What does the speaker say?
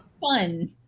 fun